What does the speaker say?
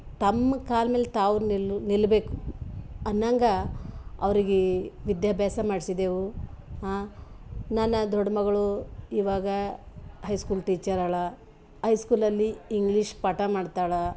ತಮ್ಮ ಕಾಲ ಮೇಲೆ ತಾವು ನಿಲ್ಲು ನಿಲ್ಲಬೇಕು ಅನ್ನಂಗಾ ಅವರಿಗೇ ವಿದ್ಯಾಭ್ಯಾಸ ಮಾಡಿಸಿದೆವು ನನ್ನ ದೊಡ್ ಮಗಳು ಇವಾಗ ಹೈ ಸ್ಕೂಲ್ ಟೀಚರಾಳ ಹೈ ಸ್ಕೂಲಲ್ಲಿ ಇಂಗ್ಲೀಷ್ ಪಾಠ ಮಾಡ್ತಾಳ